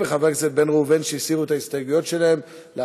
אני קובע שהצעת חוק עבודת נשים (תיקון